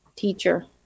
Teacher